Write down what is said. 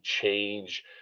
change